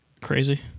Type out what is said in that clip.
crazy